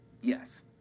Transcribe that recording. Yes